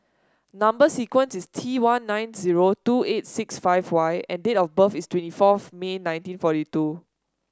number sequence is T one nine zero two eight six five Y and date of birth is twenty fourth May nineteen forty two